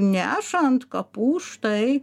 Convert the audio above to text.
neša ant kapų štai